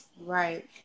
Right